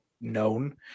known